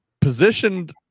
positioned